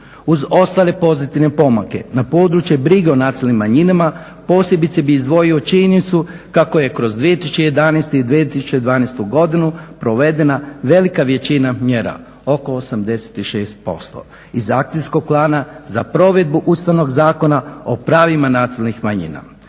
Uz ostale pozitivne pomake na područje brige o nacionalnim manjinama posebice bih izdvojio činjenicu kako je kroz 2011. i 2012. godinu provedena velika većina mjera, oko 86% iz Akcijskog plana za provedbu Ustavnog zakona o pravima nacionalnih manjina.